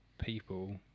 people